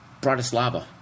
Bratislava